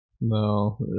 No